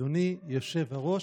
"אדוני יושב-הראש,